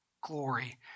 glory